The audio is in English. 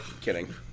Kidding